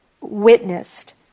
witnessed